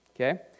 okay